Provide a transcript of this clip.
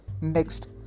next